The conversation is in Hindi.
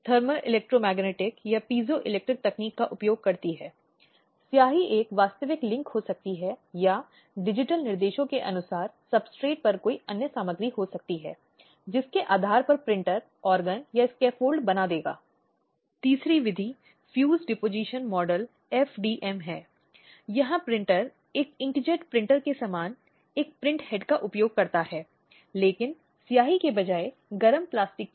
तो यह मूल रूप से परिवार के भीतर हिंसा या अपमानजनक व्यवहार का जिक्र है जहां एक साथी या एक व्यक्ति इस तरह के दुरुपयोग के माध्यम से दूसरे पर शक्ति और नियंत्रण बनाए रखना चाहता है